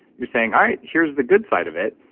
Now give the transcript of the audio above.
you're saying, all right here's the good side of it.